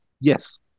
Yes